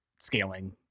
scaling